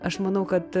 aš manau kad